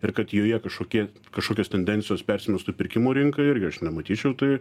ir kad joje kažkokie kažkokios tendencijos persimestų į pirkimų rinką irgi aš nematyčiau tai